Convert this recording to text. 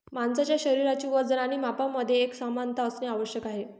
माणसाचे शरीराचे वजन आणि मापांमध्ये एकसमानता असणे आवश्यक आहे